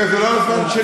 אה, זה לא על הזמן שלי.